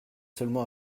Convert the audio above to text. seulement